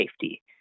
safety